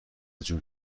جون